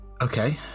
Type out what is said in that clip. Okay